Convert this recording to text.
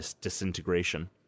Disintegration